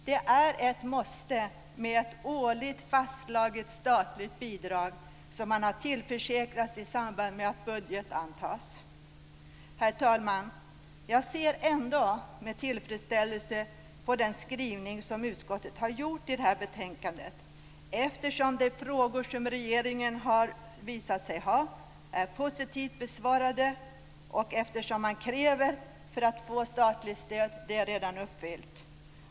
Det är ett måste med ett årligt fastslaget statligt bidrag som tillförsäkras i samband med att budgeten antas. Herr talman! Jag ser ändå med tillfredsställelse på den skrivning som utskottet har gjort i detta betänkande, eftersom de frågor som regeringen har visat sig ha är positivt besvarade och eftersom de krav som ställs för att få statligt stöd redan är uppfyllda.